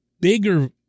bigger